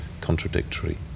contradictory